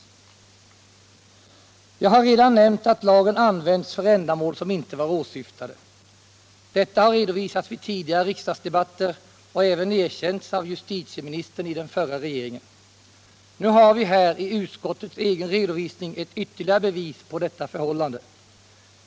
149 Jag har redan nämnt att lagen använts för ändamål som inte var åsyftade. Detta har redovisats vid tidigare riksdagsdebatter och även erkänts av justitieministern i den förra regeringen. Nu har vi här i utskottets egen redovisning ytterligare ett bevis på detta förhållande.